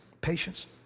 patience